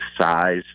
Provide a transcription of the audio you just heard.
size